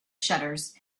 shutters